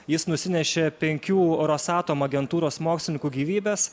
jis nusinešė penkių rosatom agentūros mokslininkų gyvybes